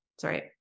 Sorry